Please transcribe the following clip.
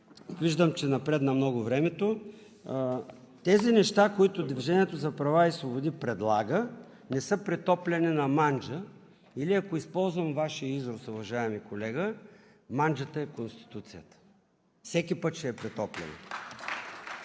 виждам, че напредна много времето. Тези неща, които „Движението за права и свободи“ предлага, не са претопляне на манджа. Или ако използвам Вашия израз, уважаеми колега, манджата е Конституцията – всеки път ще я претопляме.